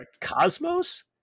Cosmos